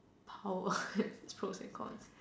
power has pros and cons